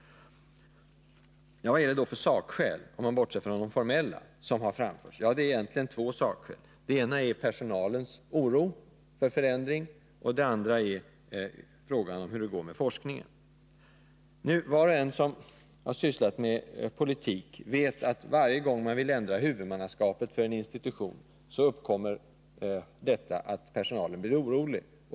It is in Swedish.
Vilka sakskäl, om vi bortser från de formella skälen, har då framförts? Det handlar egentligen om två sakskäl. Det ena är personalens oro för förändring och det andra är frågan om hur det går med forskningen. Var och en som har sysslat med politik vet, att varje gång man vill ändra huvudmannaskapet för en institution blir personalen orolig.